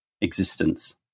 existence